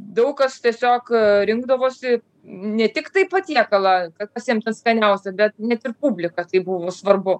daug kas tiesiog rinkdavosi ne tiktai patiekalą kas jam ten skaniausia bet net ir publika tai buvo svarbu